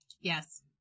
Yes